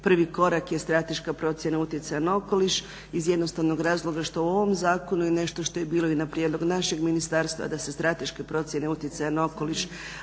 prvi korak je strateška procjena utjecaja na okoliš iz jednostavnog razloga što u ovom zakonu je nešto što je bilo i na prijedlog našeg ministarstva da se strateške procjene utjecaja na okoliš